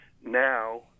now